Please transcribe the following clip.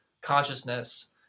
consciousness